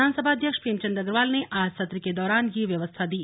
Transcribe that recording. विधानसभा अध्यक्ष प्रेमचंद अग्रवाल ने आज सत्र के दौरान यह व्यवस्था दी